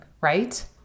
right